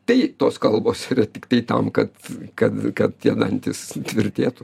tai tos kalbos tiktai tam kad kad kad tie dantys tvirtėtų